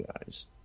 guys